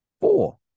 four